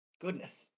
goodness